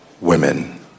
women